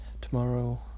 Tomorrow